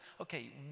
okay